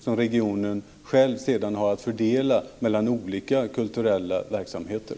Sedan har regionen själv att göra en fördelning mellan olika kulturella verksamheter.